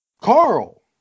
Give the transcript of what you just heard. Carl